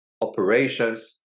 operations